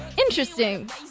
Interesting